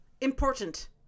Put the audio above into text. important